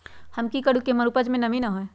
हम की करू की हमर उपज में नमी न होए?